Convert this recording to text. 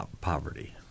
poverty